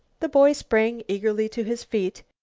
the boy sprang eagerly to his feet.